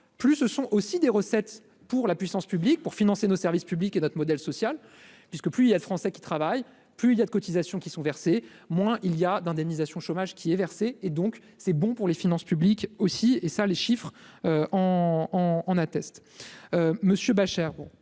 plus, ce sont aussi des recettes pour la puissance publique. Financer nos services publics et notre modèle social puisque plus il y a de Français qui travaillent, plus il y a de cotisations qui sont versés, moins il y a d'indemnisation chômage qui est versée, et donc c'est bon pour les finances publiques aussi et ça les chiffres en en en attestent, monsieur Beuchere,